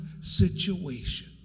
situation